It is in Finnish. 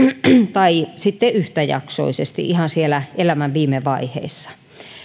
tai sitten yhtäjaksoisesti ihan siellä elämän viime vaiheissa